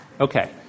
Okay